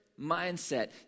mindset